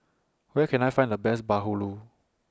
Where Can I Find The Best Bahulu